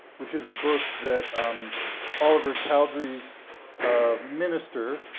which is a book that um oliver cowdery's um minister,